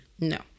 No